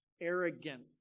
arrogant